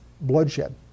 bloodshed